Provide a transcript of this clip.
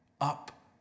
up